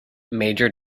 major